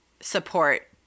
support